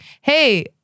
hey